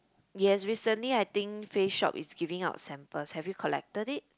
yes recently I think Face-Shop is giving out samples have you collected it